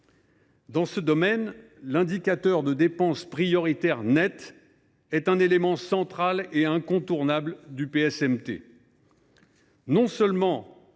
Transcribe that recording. Dans ce domaine, l’indicateur de dépenses primaires nettes est un élément central et incontournable du PSMT.